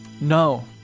No